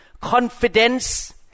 Confidence